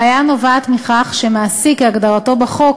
הבעיה נובעת מכך שהמעסיק כהגדרתו בחוק,